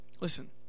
listen